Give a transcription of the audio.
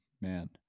man